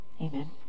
Amen